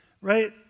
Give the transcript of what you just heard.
Right